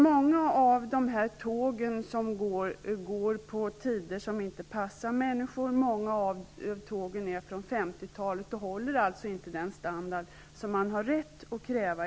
Många av tågen går på tider som inte passar människor, och många tåg är från 50-talet och håller alltså inte den standard som man i dag har rätt att kräva.